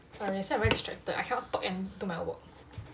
orh that's why I'm very distracted I cannot talk and do my work